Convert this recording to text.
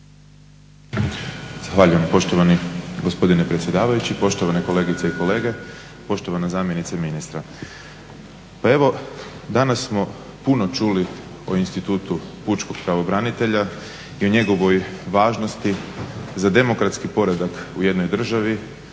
Zahvaljujem poštovani gospodine predsjedavajući, poštovane kolegice i kolege, poštovana zamjenice ministra. Pa evo, danas smo puno čuli o institutu pučkog pravobranitelja i o njegovoj važnosti za demokratski poredak u jednoj državi,